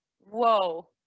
whoa